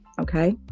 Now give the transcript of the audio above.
okay